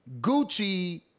Gucci